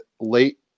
late